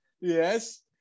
Yes